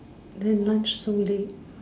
then lunch so late